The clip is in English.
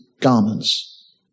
Garments